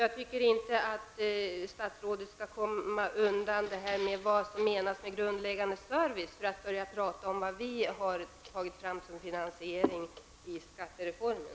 Jag tycker inte att statsrådet skall komma undan frågan vad som menas med grundläggande service med att börja tala om vad vi i centern har framfört som alternativ till finansiering i skattereformen.